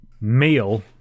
meal